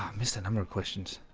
um mister no more questions